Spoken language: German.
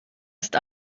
ist